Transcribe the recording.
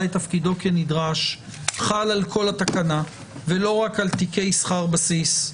את תפקידו כנדרש חל על כל התקנה ולא רק על תיקי שכר בסיס,